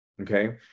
Okay